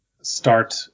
start